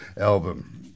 album